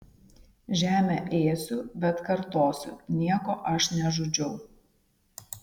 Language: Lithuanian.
žemę ėsiu bet kartosiu nieko aš nežudžiau